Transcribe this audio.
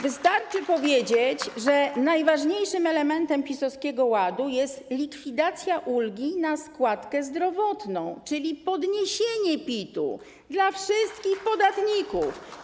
Wystarczy powiedzieć, że najważniejszym elementem PiS-owskiego ładu jest likwidacja ulgi na składkę zdrowotną, czyli podniesienie PIT dla wszystkich podatników.